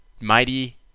Mighty